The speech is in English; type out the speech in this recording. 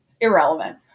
irrelevant